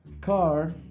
Car